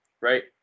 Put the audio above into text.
right